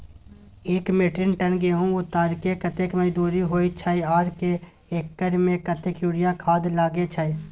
एक metric ton गेहूं उतारेके कतेक मजदूरी होय छै आर एक एकर में कतेक यूरिया खाद लागे छै?